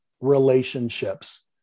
relationships